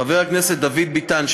חבר הכנסת דוד ביטן,